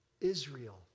Israel